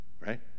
right